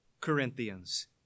Corinthians